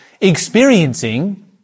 experiencing